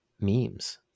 memes